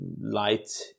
light